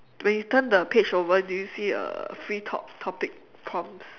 when you turn the page over do you see a free talk topic prompts